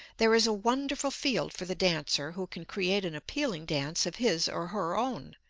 there is a wonderful field for the dancer who can create an appealing dance of his or her own,